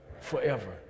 Forever